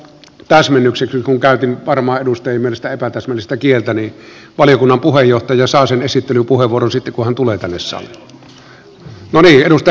täsmennykseksi kun käytin varmaan edustajien mielestä epätäsmällistä kieltä että valiokunnan puheenjohtaja saa esittelypuheenvuoron sitten kun hän tulee tänne saliin